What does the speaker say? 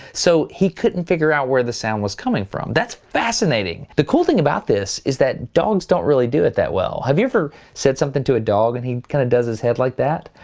so he couldn't figure out where the sound was coming from. that's fascinating. the cool thing about this is that dogs don't really do it that well. have you ever said something to a dog and he kind of does his head like that?